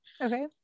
Okay